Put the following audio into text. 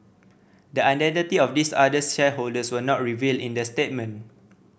the identity of these other shareholders were not revealed in the statement